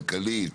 כלכלית,